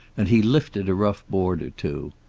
and he lifted a rough board or two.